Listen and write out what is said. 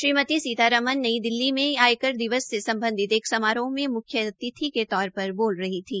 Shrimati Sitharaman New Delhi में आयकर दिवस से सम्बधित एक समारोह में म्ख्य अतिथि के तौर पर बोल रही थी